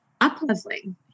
up-leveling